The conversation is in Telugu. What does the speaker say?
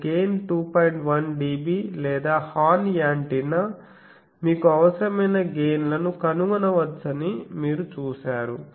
1dB లేదా హార్న్ యాంటెన్నా మీకు అవసరమైన గెయిన్ లను కనుగొనవచ్చని మీరు చూశారు